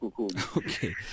Okay